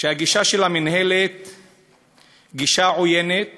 שהגישה של המינהלת היא גישה עוינת